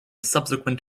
subsequent